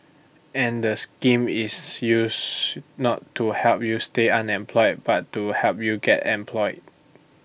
and the scheme is used not to help you stay unemployed but to help you get employed